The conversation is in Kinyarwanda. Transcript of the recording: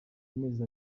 amezi